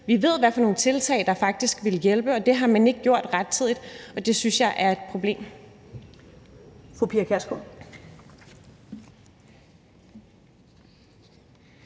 Vi ved, hvad for nogle tiltag der faktisk vil hjælpe, og det har man ikke gjort rettidigt. Og det synes jeg er et problem.